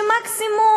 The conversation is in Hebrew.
שמקסימום,